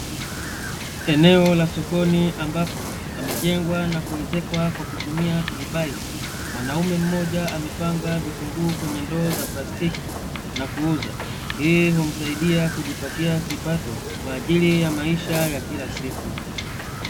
Eneo la sokoni ambapo, pamejengwa na kuezekwa kwa kutumia turubai. Mwanaume mmoja amepanga vitunguu kwenye ndoo za plastiki na kuuza, hii humsaidia kujipatia kipato kwa ajili ya maisha ya kila siku.